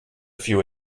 few